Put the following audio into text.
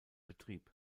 betrieb